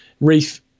Reef